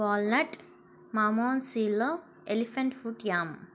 walnut momos elephant foot yam